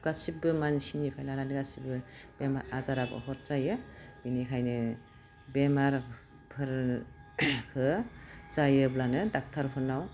गासिबो मानसिनिफ्राय लानानै गासिबो बेमार आजारा बुहुत जायो बिनिखायनो बेमारफोर जायोब्लानो डाक्टारफोरनाव